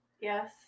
Yes